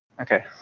Okay